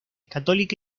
católica